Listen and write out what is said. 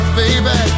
baby